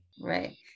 Right